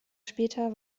später